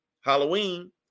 Halloween